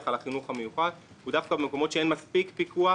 על החינוך המיוחד הוא דווקא במקומות שאין מספיק פיקוח